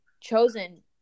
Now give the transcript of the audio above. chosen